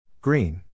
Green